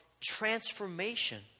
transformation